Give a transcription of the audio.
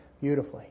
beautifully